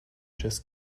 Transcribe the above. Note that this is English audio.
just